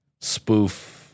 spoof